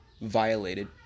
violated